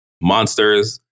monsters